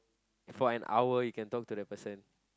for an hour you can talk to that person